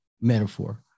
metaphor